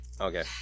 okay